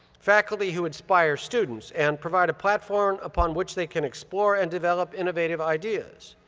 faculty who inspire students and provide a platform upon which they can explore and develop innovative ideas.